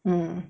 mm